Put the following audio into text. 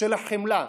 של החמלה.